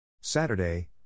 Saturday